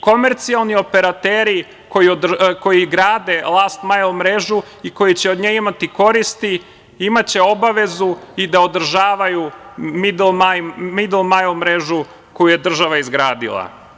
Komercijalni operateri koji grade „last mile“ mrežu i koji će od nje imati koristi, imaće obavezu i da održavaju „middle mile“ mrežu, koju je država izgradila.